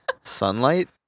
Sunlight